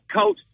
coach